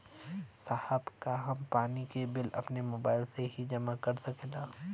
साहब का हम पानी के बिल अपने मोबाइल से ही जमा कर सकेला?